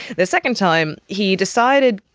the second time he decided,